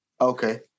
Okay